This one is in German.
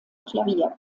klavier